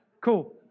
cool